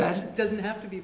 that doesn't have to be